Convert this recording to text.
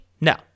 No